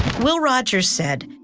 will rodgers said,